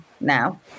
now